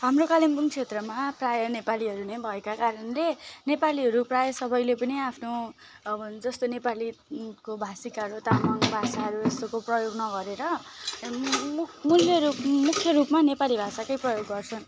हाम्रो कालिम्पोङ क्षेत्रमा प्रायः नेपालीहरू नै भएका कारणले नेपालीहरू प्रायः सबैले पनि आफ्नो जस्तो नेपालीको भाषिकाहरू तामाङ भाषाहरू यस्तोको प्रयोग नगरेर मु मूल्य रू मुख्य रूपमा नेपाली भाषाकै प्रयोग गर्छन्